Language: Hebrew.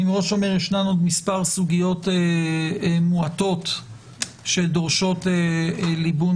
יש מספר סוגיות מועטות שדורשות ליבון